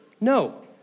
No